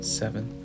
seven